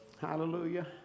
Hallelujah